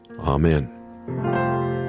amen